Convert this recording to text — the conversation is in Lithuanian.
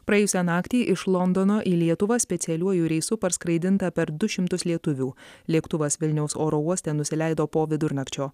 praėjusią naktį iš londono į lietuvą specialiuoju reisu parskraidinta per du šimtus lietuvių lėktuvas vilniaus oro uoste nusileido po vidurnakčio